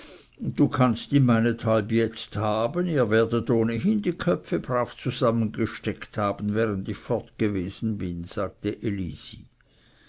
du kannst ihn meinethalb jetzt haben ihr werdet ohnehin die köpfe brav zusammengesteckt haben während ich fortgewesen bin sagte elisi